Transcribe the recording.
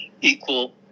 equal